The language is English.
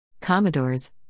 Commodores